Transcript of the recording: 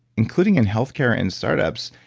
including in healthcare and startups.